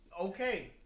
Okay